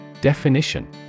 Definition